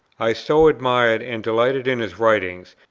i so admired and delighted in his writings,